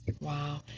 Wow